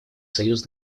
союз